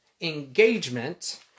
engagement